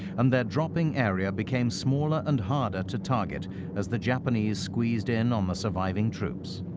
and their dropping area became smaller and harder to target as the japanese squeezed in on the surviving troops.